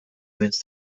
wins